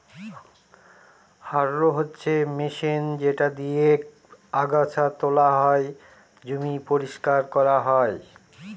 harrow হচ্ছে machine যেটা দিয়েক আগাছা তোলা হয়, জমি পরিষ্কার করানো হয়